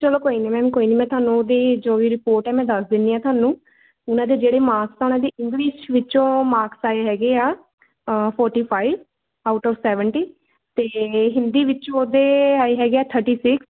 ਚਲੋ ਕੋਈ ਨਾ ਮੈਮ ਕੋਈ ਨਹੀਂ ਮੈਂ ਤੁਹਾਨੂੰ ਉਹਦੀ ਜੋ ਵੀ ਰਿਪੋਰਟ ਹੈ ਮੈਂ ਦੱਸ ਦਿੰਦੀ ਹਾਂ ਤੁਹਾਨੂੰ ਉਹਨਾਂ ਦੇ ਜਿਹੜੇ ਮਾਕਸ ਆ ਉਹਨਾਂ ਦੀ ਇੰਗਲਿਸ਼ ਵਿੱਚੋਂ ਮਾਕਸ ਆਏ ਹੈਗੇ ਆ forty five out of seventy ਅਤੇ ਹਿੰਦੀ ਵਿੱਚ ਉਹਦੇ ਆਏ ਹੈਗੇ ਆ ਥਰਟੀ ਸਿਕਸ